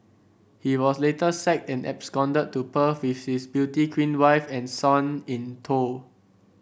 he was later sacked and absconded to Perth with his beauty queen wife and son in tow